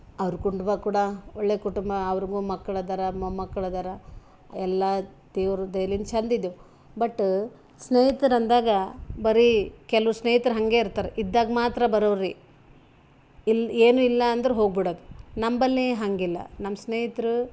ಅವ್ರ ಕುಟುಂಬ ಕೂಡ ಒಳ್ಳೆ ಕುಟುಂಬ ಅವ್ರಿಗೂ ಮಕ್ಳು ಅದಾರ ಮೊಮ್ಮಕ್ಳು ಅದಾರ ಎಲ್ಲಾ ದೇವರು ದಯೆಲಿಂದ ಛಂದ್ ಇದ್ದೇವ ಬಟ್ ಸ್ನೇಹಿತರಂದಾಗ ಬರೀ ಕೆಲ್ವು ಸ್ನೇಹಿತ್ರ ಹಂಗೆ ಇರ್ತಾರೆ ಇದ್ದಾಗ ಮಾತ್ರ ಬರೋವ್ರು ರೀ ಇಲ್ಲಿ ಏನು ಇಲ್ಲಾ ಅಂದ್ರೆ ಹೋಗಿ ಬಿಡೋದು ನಂಬಳಿ ಹಂಗಿಲ್ಲ ನಮ್ಮ ಸ್ನೇಹಿತ್ರು